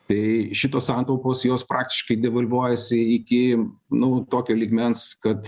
tai šitos santaupos jos praktiškai devalvuojasi iki nu tokio lygmens kad